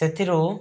ସେଥିରୁ